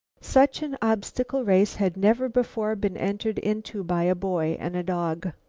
such an obstacle race had never before been entered into by a boy and a dog.